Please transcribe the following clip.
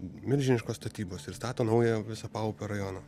milžiniškos statybos ir stato naują visą paupio rajoną